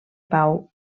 pau